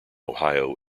ohio